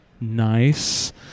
Nice